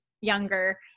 younger